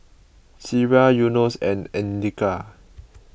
Syirah Yunos and andika